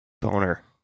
Boner